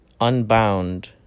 unbound